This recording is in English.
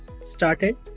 started